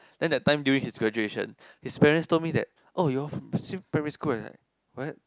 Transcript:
then that time during his graduation his parents told me that oh you all same primary school as like what